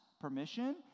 permission